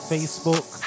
Facebook